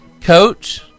Coach